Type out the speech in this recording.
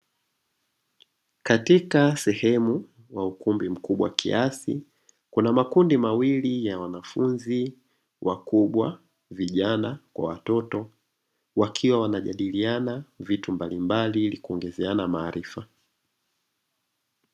Katika sehemu wa ukumbi mkubwa kiasi kuna makundi mawili ya wanafunzi wakubwa, vijana, kwa watoto, wakiwa wanajadiliana vitu mbalimbali ili kuongezeana maarifa.